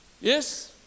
yes